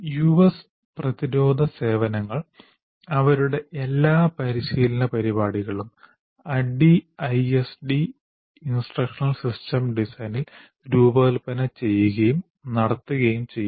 US പ്രതിരോധ സേവനങ്ങൾ അവരുടെ എല്ലാ പരിശീലന പരിപാടികളും ADDIE ISD instructional system design ൽ രൂപകൽപ്പന ചെയ്യുകയും നടത്തുകയും ചെയ്യുന്നു